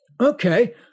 okay